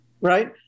Right